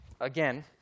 again